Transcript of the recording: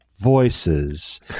Voices